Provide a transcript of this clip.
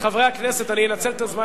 חבר הכנסת עפו